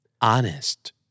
Honest